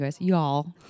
Y'all